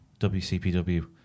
WCPW